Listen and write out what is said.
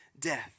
death